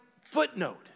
footnote